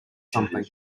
something